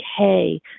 okay